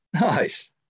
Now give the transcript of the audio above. nice